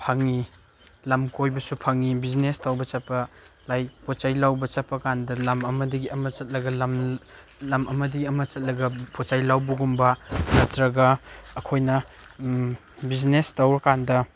ꯐꯪꯏ ꯂꯝ ꯀꯣꯏꯕꯁꯨ ꯐꯪꯏ ꯕꯤꯖꯤꯅꯦꯁ ꯇꯧꯕ ꯆꯠꯄ ꯂꯥꯏꯛ ꯄꯣꯠ ꯆꯩ ꯂꯧꯕ ꯆꯠꯄ ꯀꯥꯟꯗ ꯂꯝ ꯑꯃꯗꯒꯤ ꯑꯃ ꯆꯠꯂꯒ ꯂꯝ ꯂꯝ ꯑꯃꯗꯒꯤ ꯑꯃ ꯆꯠꯂꯒ ꯄꯣꯠ ꯆꯩ ꯂꯧꯕꯒꯨꯝꯕ ꯅꯠꯇ꯭ꯔꯒ ꯑꯩꯈꯣꯏꯅ ꯕꯤꯖꯤꯅꯦꯁ ꯇꯧꯔ ꯀꯥꯟꯗ